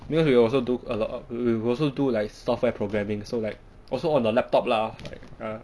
because we also do a lot we also do like software programming so like also on the laptop lah like ya